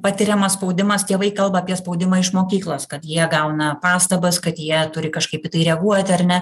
patiriamas spaudimas tėvai kalba apie spaudimą iš mokyklos kad jie gauna pastabas kad jie turi kažkaip į tai reaguoti ar ne